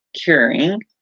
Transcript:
curing